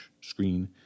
screen